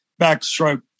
backstroke